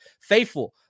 Faithful